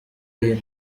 iyi